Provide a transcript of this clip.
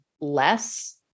less